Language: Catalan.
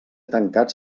tancats